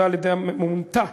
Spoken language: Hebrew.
מונתה